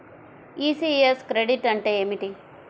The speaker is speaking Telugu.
ఈ.సి.యస్ క్రెడిట్ అంటే ఏమిటి?